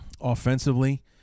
offensively